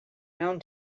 known